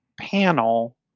panel